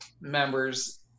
members